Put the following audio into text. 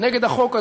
נגד החוק הזה,